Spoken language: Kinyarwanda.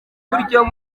buryo